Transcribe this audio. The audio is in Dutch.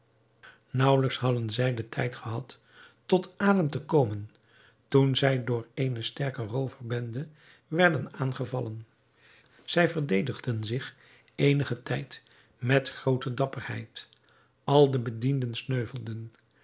naauwelijks hadden zij den tijd gehad tot adem te komen toen zij door eene sterke rooverbende werden aangevallen zij verdedigden zich eenigen tijd met groote dapperheid al de bedienden sneuvelden